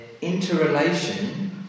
interrelation